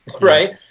right